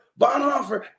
Bonhoeffer